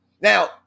Now